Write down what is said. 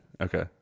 okay